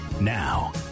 Now